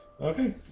Okay